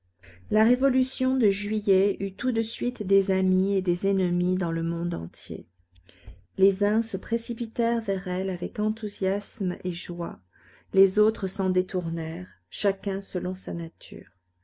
la révolution de juillet eut tout de suite des amis et des ennemis dans le monde entier les uns se précipitèrent vers elle avec enthousiasme et joie les autres s'en détournèrent chacun selon sa nature